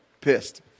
pissed